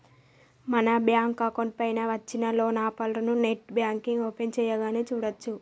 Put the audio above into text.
మన bank account పైన వచ్చిన లోన్ ఆఫర్లను నెట్ బ్యాంకింగ్ ఓపెన్ చేయగానే చూడచ్చు